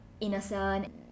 innocent